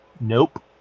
Nope